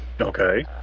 Okay